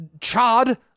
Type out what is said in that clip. Chad